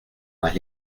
más